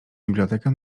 bibliotekę